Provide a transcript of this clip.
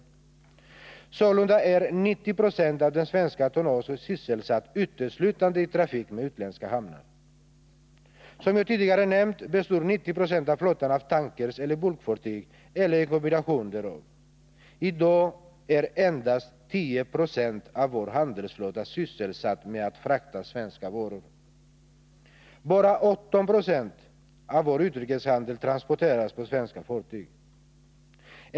Sålunda är 90 90 av det svenska tonnaget sysselsatt uteslutande i trafik på utländska hamnar. Som jag tidigare nämnt består 90 96 av flottan av tankers eller bulkfartyg eller en kombination därav. I dag är endast 10 96 av vår handelsflotta sysselsatt med att frakta svenska varor. Bara 18 96 av vår utrikeshandel transporteras på svenska fartyg.